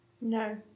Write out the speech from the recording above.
No